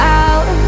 out